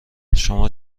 شما